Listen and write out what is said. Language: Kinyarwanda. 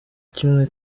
kimwe